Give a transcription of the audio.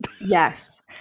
Yes